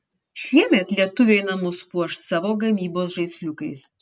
šiemet lietuviai namus puoš savos gamybos žaisliukais